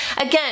again